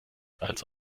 als